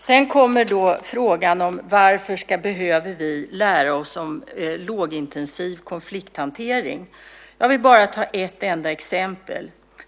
Sedan kommer frågan varför vi ska behöva lära oss om lågintensiv konflikthantering. Jag vill bara ta ett enda exempel.